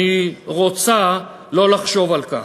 אני רוצה לא לחשוב על כך.